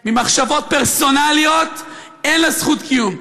ממחשבות פרסונליות, אין לה זכות קיום.